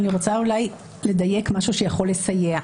אני רוצה אולי לדייק משהו שיכול לסייע.